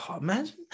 Imagine